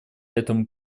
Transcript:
этому